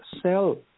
cell